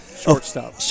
shortstop